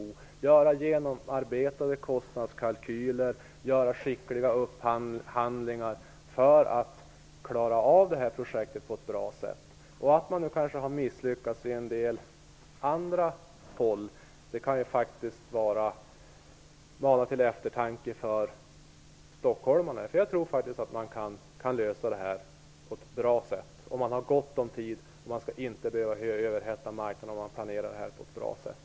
Man kan göra genomarbetade kostnadskalkyler och skickliga upphandlingar för att klara av projektet på ett bra sätt. Att man kanske har misslyckats på en del andra håll kan mana stockholmarna till eftertanke. Jag tror faktiskt att man kan lösa det här på ett bra sätt. Man har gott om tid. Man skall inte behöva överhetta marknaden om man planerar detta på ett bra sätt.